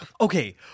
Okay